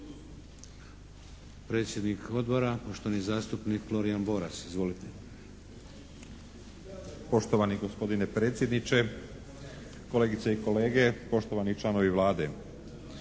predsjednik Odbora poštovani zastupnik Florijan Boras. Izvolite. **Boras, Florijan (HDZ)** Poštovani gospodine predsjedniče, kolegice i kolege, poštovani članovi Vlade.